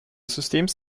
systems